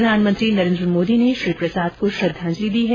प्रधानमंत्री नरेन्द्र मोदी ने श्री प्रसाद को श्रद्धांजलि दी है